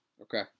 Okay